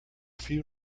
few